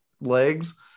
legs